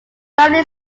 family